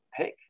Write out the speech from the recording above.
pick